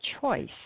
choice